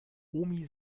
omi